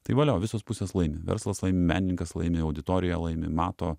tai valio visos pusės laimi verslas menininkas laimi auditorija laimi mato